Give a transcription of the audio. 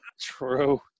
True